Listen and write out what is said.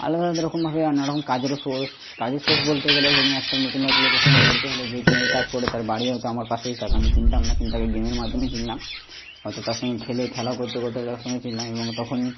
আলাদা আলাদা রকম ভাবে আর নানা রকম কাজেরও সোর্স কাজের সোর্স বলতে গেলে ধরুন একটা নতুন এক লোকের সঙ্গে পরিচয় হল যে কিনা এই কাজ করে তার বাড়ি হয়তো আমার পাশে তাকে আমি চিনতাম না কিন্তু তাকে গেমের মাধ্যমে চিনলাম হয়তো তার সঙ্গে খেলে খেলাও করতে করতে তার সঙ্গে চিনলাম এবং তখনই